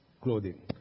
clothing